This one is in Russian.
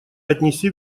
отнеси